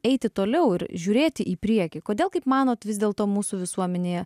eiti toliau ir žiūrėti į priekį kodėl kaip manot vis dėlto mūsų visuomenėje